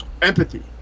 empathy